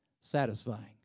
satisfying